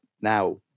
now